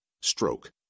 Stroke